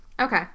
Okay